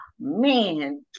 man